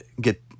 get